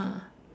ah